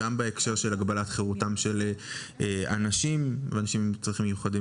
גם בהקשר של הגבלת חירותם של אנשים עם צרכים מיוחדים